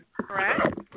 correct